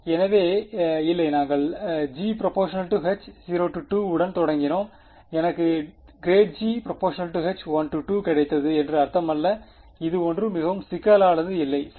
எனவே இல்லை நாங்கள் g α H0 உடன் தொடங்கினோம் எனக்கு ∇g α H1 கிடைத்தது என்று அர்த்தமல்ல இது ஒன்றும் மிகவும் சிக்கலானது இல்லை சரி